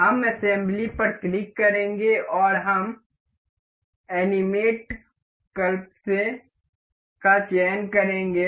हम असेंबली पर क्लिक करेंगे और हम एनिमेट कलपसे का चयन करेंगे